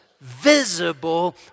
visible